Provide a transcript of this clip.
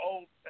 Old